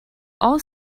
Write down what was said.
all